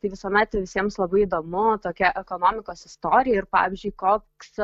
tai visuomet visiems labai įdomu tokia ekonomikos istorija ir pavyzdžiui koks